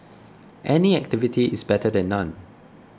any activity is better than none